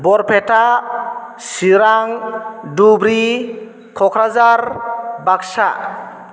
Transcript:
Barpeta Chirang Dhubri Kokrajhar Baksa